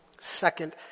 Second